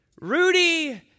Rudy